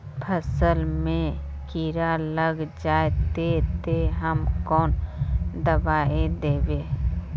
फसल में कीड़ा लग जाए ते, ते हम कौन दबाई दबे?